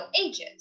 Ages